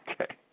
Okay